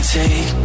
take